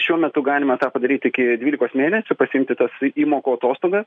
šiuo metu galima tą padaryt iki dvylikos mėnesių pasiimti tas įmokų atostogas